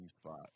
spot